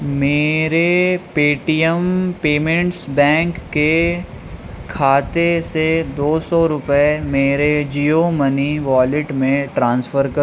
میرے Paytm payments bank کے کھاتے سے دو سو روپے میرے جیو منی والیٹ میں ٹرانسفر کر